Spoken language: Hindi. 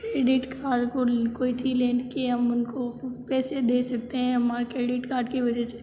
क्रेडिट कार्ड कोई चीज़ ले कर हम उन को पैसे दे सकते है हमरे क्रेडिट कार्ड की वजह से